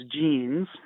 genes